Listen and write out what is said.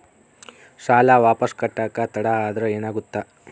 ಸಾಲ ವಾಪಸ್ ಕಟ್ಟಕ ತಡ ಆದ್ರ ಏನಾಗುತ್ತ?